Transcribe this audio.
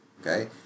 okay